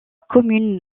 commune